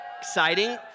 Exciting